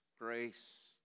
Grace